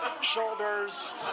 shoulders